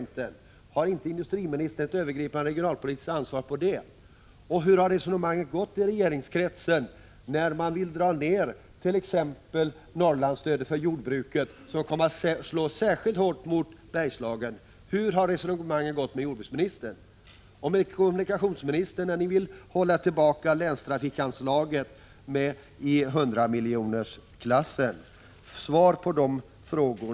Men har inte industriministern ett övergripande regionalpolitiskt ansvar även när det gäller de andra departementen? Hur har resonemanget gått i regeringskretsen, när man t.ex. på jordbrukets område vill minska Norrlandsstödet, vilket kommer att slå särskilt hårt mot Bergslagen? Hur har resonemanget gått med jordbruksministern? Och hur har samtalen gått med kommunikationsministern? Ni vill ju hålla tillbaka länstrafikanslaget, och här rör det sig om belopp i hundramiljonerklassen.